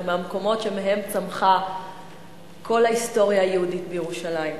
מהמקומות שמהם צמחה כל ההיסטוריה היהודית בירושלים.